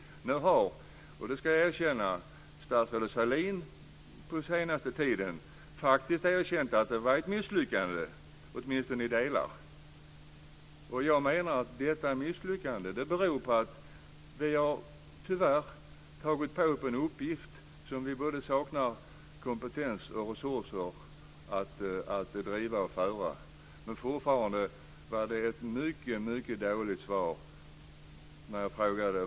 Nu har statsrådet Sahlin - och det ska jag erkänna - på senaste tiden erkänt att det varit ett misslyckande åtminstone i delar. Jag menar att detta misslyckande beror på att vi tyvärr har tagit på oss en uppgift som vi både saknar kompetens och resurser att genomföra. Jag tycker fortfarande att det var ett mycket dåligt svar.